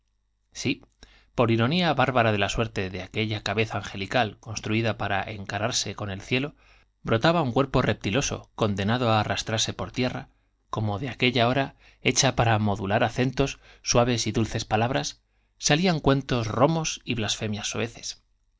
sí por ironía bárbara de la suerte de aquella cabeza angelical construida para encararse con el cielo brotaba un cuerpo reptiloso condenado á arrastrarse por tierra como de aquella boca hecha pará modular acentos suaves y dulces palabras salían cuentos romos y blasfemias soeces